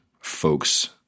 folks